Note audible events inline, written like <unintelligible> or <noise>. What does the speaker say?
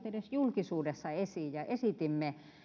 <unintelligible> edes tuli julkisuudessa esiin ja esitimme